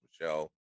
Michelle